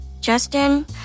Justin